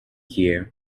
here